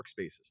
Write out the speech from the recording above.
workspaces